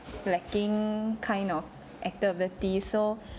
slacking kind of activity so